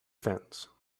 fence